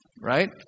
Right